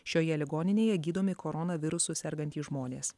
šioje ligoninėje gydomi koronavirusu sergantys žmonės